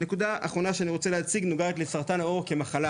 נקודה אחרונה שאני רוצה להציג נוגעת לסרטן העור כמחלה